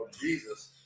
Jesus